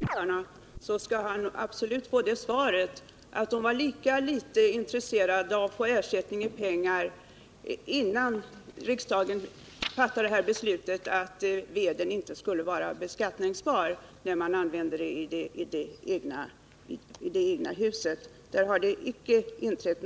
Herr talman! Jag tror att om herr Brännström talade med servitutsinnehavarna skulle han få svaret att de var lika litet intresserade av att få ersättning i pengar, innan riksdagen fattade beslutet att veden inte skulle vara beskattningsbar när den används för husbehov. Här har det inte inträffat